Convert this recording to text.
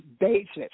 basis